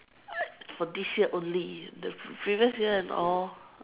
for this year only the previous year and all